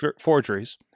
forgeries